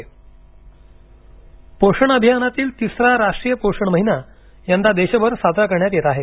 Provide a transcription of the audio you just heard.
राष्ट्रीय पोषण महिना पोषण अभियानातील तिसरा राष्ट्रीय पोषण महिना यंदा देशभर साजरा करण्यात येत आहे